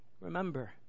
Remember